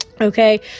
Okay